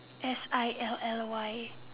S I L L Y